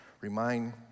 remind